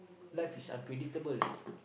life is unpredictable